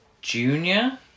junior